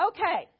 Okay